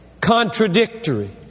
contradictory